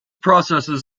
processes